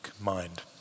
mind